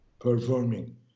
performing